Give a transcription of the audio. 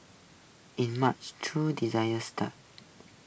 in March true designer start